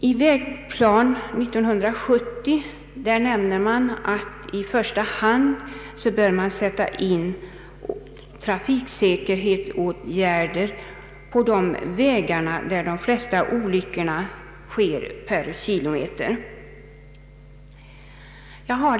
I Vägplan 70 nämner man att trafiksäkerhetsåtgärder i första hand bör sättas in på de vägar där de flesta olyckorna sker per kilometer räknat.